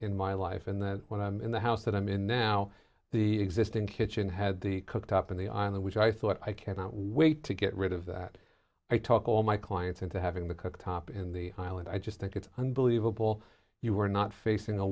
in my life and then when i'm in the house that i'm in now the existing kitchen had the cooktop in the on the which i thought i cannot wait to get rid of that i talk all my clients into having the cooktop in the island i just think it's unbelievable you were not facing a